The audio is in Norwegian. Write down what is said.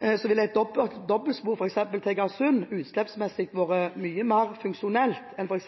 et dobbeltspor f.eks. til Egersund, utslippsmessig, vært mye mer funksjonelt enn f.eks.